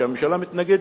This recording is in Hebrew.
שהממשלה מתנגדת,